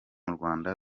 urwanda